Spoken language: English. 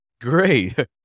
great